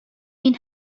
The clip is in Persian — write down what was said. این